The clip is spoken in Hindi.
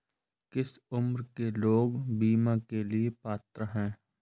किस उम्र के लोग बीमा के लिए पात्र हैं?